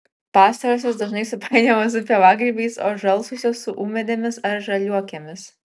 pastarosios dažnai supainiojamos su pievagrybiais o žalsvosios su ūmėdėmis ar žaliuokėmis